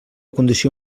condició